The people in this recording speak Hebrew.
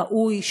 ראוי,